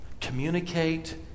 communicate